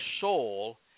soul